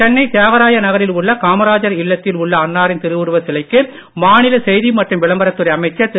சென்னை தியாகராய நகரில் உள்ள காமராஜர் இல்லத்தில் உள்ள அன்னாரின் திருவுருவச் சிலைக்கு மாநில செய்தி மற்றும் விளம்பரத் துறை அமைச்சர் திரு